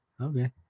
Okay